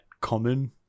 common